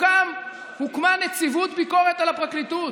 הוקמה נציבות ביקורת על הפרקליטות.